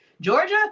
Georgia